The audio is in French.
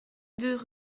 deux